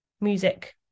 music